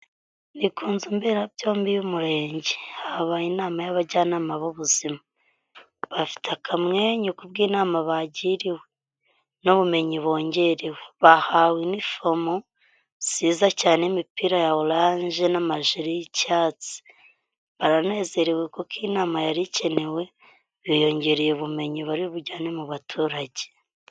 Niku inzu mberabyombi y'umurenge ,habaye inama y'abajyanama b'ubuzima, bafite akamwe kubw'inama bagiriwe n'ubumenyi bongerewe ,bahawe inifomu nziza cyane n'imipira ya orange n'amajire y'icyatsi baranezerewe kuko iyi nama yarikenewe biyongereye ubumenyi bari bujyane mu baturage.